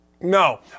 No